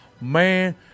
man